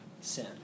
sin